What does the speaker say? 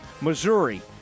Missouri